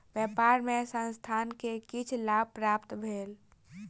व्यापार मे संस्थान के किछ लाभ प्राप्त भेल